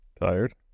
Tired